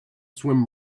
swim